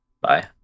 bye